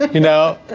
like you know,